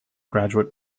graduate